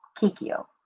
kikyo